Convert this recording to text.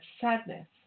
sadness